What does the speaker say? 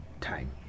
time